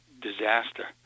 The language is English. disaster